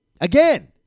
Again